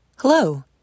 Hello